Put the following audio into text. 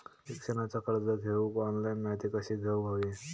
शिक्षणाचा कर्ज घेऊक ऑनलाइन माहिती कशी घेऊक हवी?